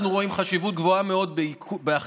אנחנו רואים חשיבות גבוהה מאוד באכיפה